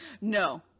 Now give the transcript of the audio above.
No